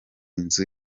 nzu